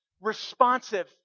responsive